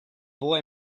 boy